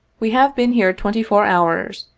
we have been here twenty-four hours,